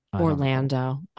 Orlando